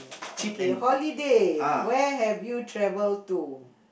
okay holiday where have you travel to